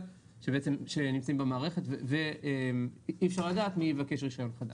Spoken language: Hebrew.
שנמצאים במערכת ואי אפשר לדעת מי יבקש רישיון חדש.